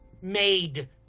made